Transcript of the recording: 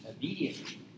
immediately